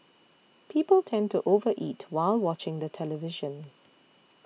people tend to over eat while watching the television